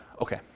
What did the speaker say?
Okay